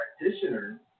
practitioner